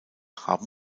haben